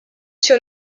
sur